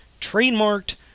trademarked